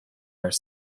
are